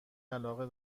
علاقه